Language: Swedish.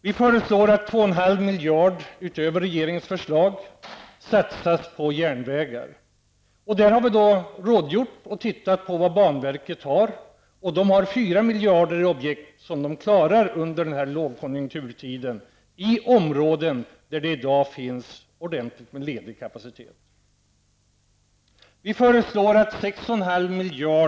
Vi föreslår att 2 1/2 miljard utöver regeringens förslag satsas på järnvägar. Banverket har objekt för 4 miljarder, som man klarar under den här lågkonjunkturtiden, i områden där det i dag finns ordentligt med ledig kapacitet.